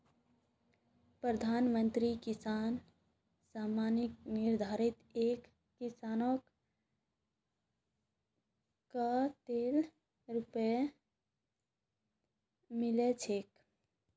प्रधानमंत्री किसान सम्मान निधित एक किसानक कतेल रुपया मिल छेक